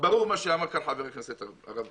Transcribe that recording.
ברור מה שאמר חבר הכנסת ארבל